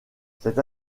cette